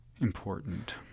important